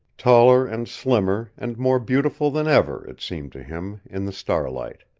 taller and slimmer and more beautiful than ever, it seemed to him, in the starlight.